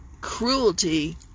cruelty